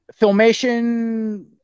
filmation